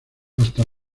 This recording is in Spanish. hasta